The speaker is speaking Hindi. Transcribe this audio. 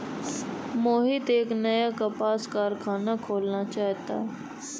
मोहित एक नया कपास कारख़ाना खोलना चाहता है